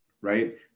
Right